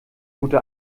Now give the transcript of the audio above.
gute